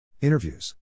Interviews